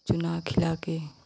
चुना खिला कर